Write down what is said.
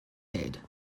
head